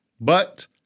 but-